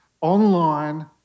Online